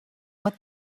what